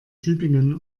tübingen